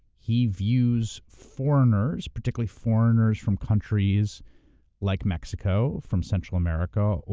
he views foreigners, particularly foreigners from countries like mexico, from central america,